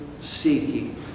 seeking